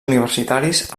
universitaris